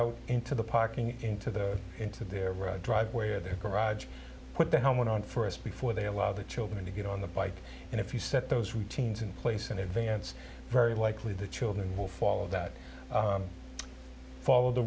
out into the parking into the into their driveway or their garage put the helmet on for us before they allow the children to get on the bike and if you set those routines in place in advance very likely the children will follow that follow the